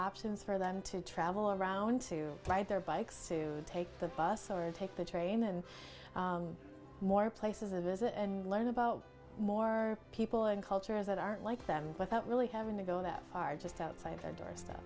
options for them to travel around to ride their bikes to take the bus or take the train and more places a visit and learn about more people and cultures that aren't like them without really having to go that far just outside